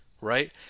right